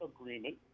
agreement